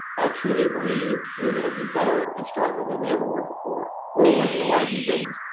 i truly believe we are gonna be better and stronger than we ever were before we're learning a lot of new things.